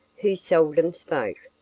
who seldom spoke,